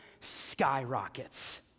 skyrockets